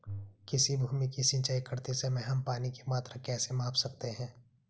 किसी भूमि की सिंचाई करते समय हम पानी की मात्रा कैसे माप सकते हैं?